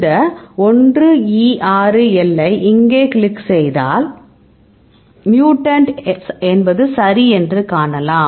இந்த 1 E 6 L ஐ இங்கே கிளிக் செய்தால் மியூட்டன்ட் என்பது சரி என்று காணலாம்